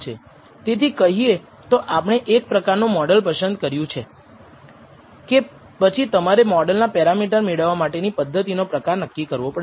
તેથી કહીએ તો આપણે એક પ્રકારનું મોડલ પસંદ કર્યું છે પછી તમારે મોડલના પેરામીટર મેળવવા માટેની પદ્ધતિ નો પ્રકાર નક્કી કરવો પડશે